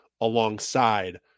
alongside